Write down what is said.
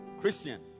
Christian